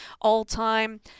all-time